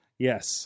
Yes